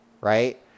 Right